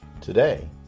Today